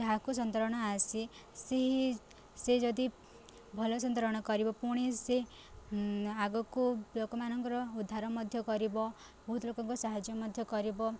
ଯାହାକୁ ସନ୍ତରଣ ଆସି ସେହି ସେ ଯଦି ଭଲ ସନ୍ତରଣ କରିବ ପୁଣି ସେ ଆଗକୁ ଲୋକମାନଙ୍କର ଉଦ୍ଧାର ମଧ୍ୟ କରିବ ବହୁତ ଲୋକଙ୍କ ସାହାଯ୍ୟ ମଧ୍ୟ କରିବ